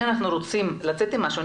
אם אנחנו רוצים לצאת עם משהו,